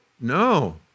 No